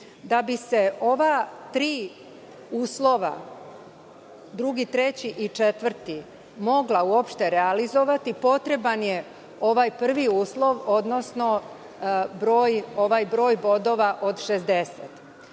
Da bi se ova tri uslova, drugi, treći i četvrti, mogla uopšte realizovati, potreban je ovaj prvi uslov, odnosno ovaj broj bodova od